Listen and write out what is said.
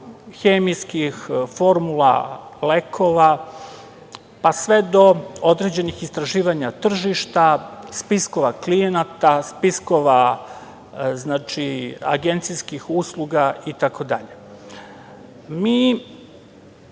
hemijskih, formula lekova, pa sve do određenih istraživanja tržišta, spiskova klijenata, spiskova agencijskih usluga itd. Osim